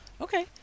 Okay